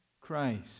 Christ